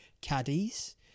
caddies